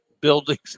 buildings